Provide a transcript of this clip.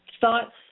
thoughts